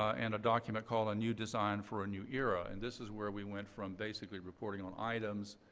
and a document called a new design for a new era. and this is where we went from basically reporting on items,